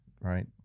right